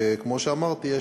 כמו שאמרתי,